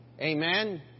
Amen